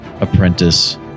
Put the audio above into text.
apprentice